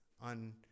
on